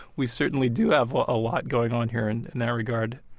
we certainly do have a lot going on here in and that regard.